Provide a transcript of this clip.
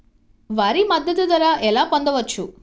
వరి మద్దతు ధర ఎలా పొందవచ్చు?